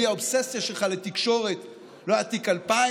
בלי האובססיה שלך לתקשורת לא היה תיק 2000,